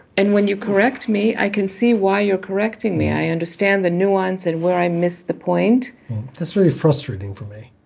and when you correct me i can see why you're correcting me. i understand the nuance and where i missed the point that's really frustrating for me